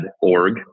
Org